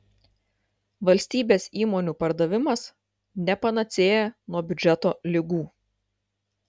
valstybės įmonių pardavimas ne panacėja nuo biudžeto ligų